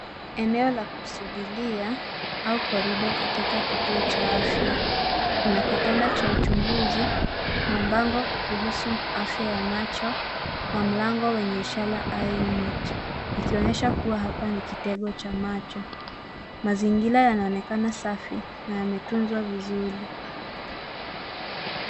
Eneo la kusubiria au korido katika kituo cha afya. Kuna kitanda cha uchunguzi, mabango kuhusu afya ya macho na mlango wenye ishara "eye unit" , ikionyesha kuwa hapa ni kitengo cha macho. Mazingira yanaonekana safi na yametunzwa vizuri.